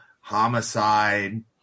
Homicide